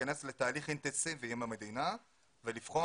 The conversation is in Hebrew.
להיכנס לתהליך אינטנסיבי עם המדינה ולבחון